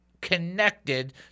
connected